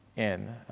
in.